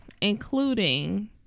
Including